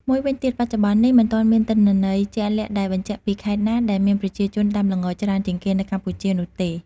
មួយវិញទៀត បច្ចុប្បន្ននេះ មិនទាន់មានទិន្នន័យជាក់លាក់ដែលបញ្ជាក់ពីខេត្តណាដែលមានប្រជាជនដាំល្ងច្រើនជាងគេនៅកម្ពុជានោះទេ។